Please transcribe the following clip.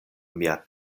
mia